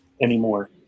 anymore